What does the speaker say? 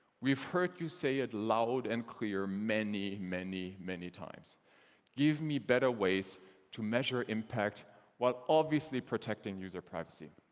we've heard you say it loud and clear many, many, many times give me better ways to measure impact while, obviously, protecting user privacy.